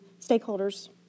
stakeholders